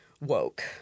woke